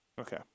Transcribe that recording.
Okay